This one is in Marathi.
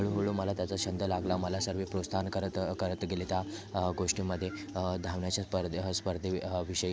हळूहळू मला त्याचा छंद लागला मला सर्व प्रोत्साहन करत करत गेले त्या गोष्टीमध्ये धावण्याच्या परदे स्पर्धे विषयी